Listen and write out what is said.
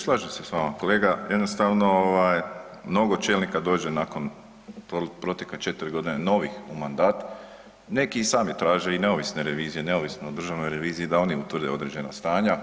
Slažem se s vama kolega, jednostavno mnogo čelnika dođe nakon protekle četiri godine novih u mandat, neki i sami traže i neovisne revizije neovisno o Državnoj reviziji da oni utvrde određena stanja.